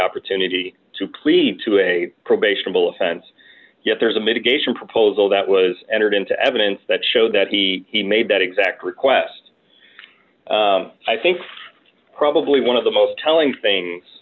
opportunity to plead to a probation bill offense yet there's a mitigation proposal that was entered into evidence that showed that he he made that exact request i think probably one of the most telling things